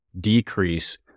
decrease